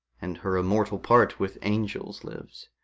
and her immortal part with angels lives.